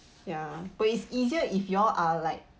ya but it's easier if you all are like